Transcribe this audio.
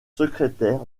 secrétaire